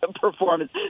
performance